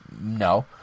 No